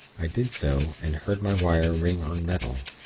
i did so, and heard my wire ring on metal.